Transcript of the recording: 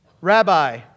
Rabbi